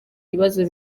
ibibazo